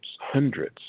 hundreds